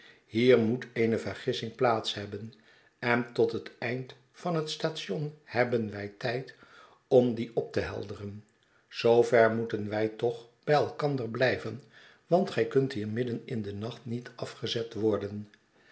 hier moet eene vergissing plaats hebben en tot het eind van het station hebben wij tijd om die op te helderen zoo ver moeten wij toch bij elkander blijven want gij kunt hier midden in den nacht niet afgezet worden